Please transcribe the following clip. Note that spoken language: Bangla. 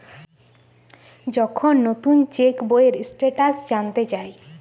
যখন নুতন চেক বইয়ের স্টেটাস জানতে চায়